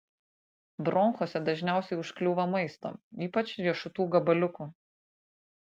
bronchuose dažniausiai užkliūva maisto ypač riešutų gabaliukų